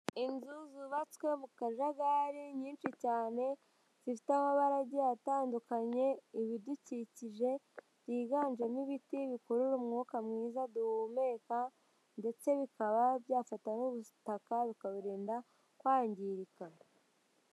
Inzu zubatswe mu kajagari nyinshi cyane, zifite amabara agiye atandukanye, ibidukikije byiganjemo ibiti bikurura umwuka mwiza duhumeka ndetse bikaba byafata n'ubutaka bikaburinda kwangirika.